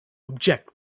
object